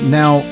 now